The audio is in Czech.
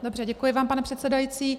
Dobře, děkuji vám, pane předsedající.